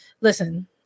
listen